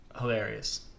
Hilarious